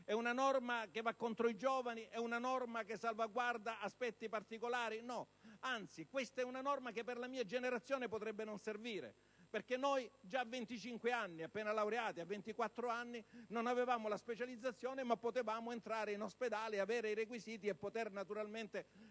È una norma che va contro i giovani? È una norma che salvaguarda aspetti particolari? No, anzi. Questa norma per la mia generazione potrebbe non servire, perché noi già a 24-25 anni, appena laureati, anche senza la specializzazione potevamo entrare in ospedale e avere i requisiti per poter raccogliere